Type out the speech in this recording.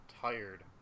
tired